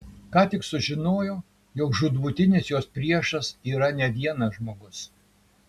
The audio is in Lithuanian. ką tik sužinojo jog žūtbūtinis jos priešas yra ne vienas žmogus